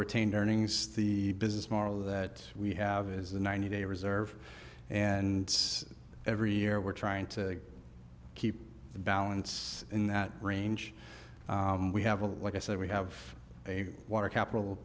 retained earnings the business model that we have is a ninety day reserve and every year we're trying to keep the balance in that range we have a like i said we have a water capital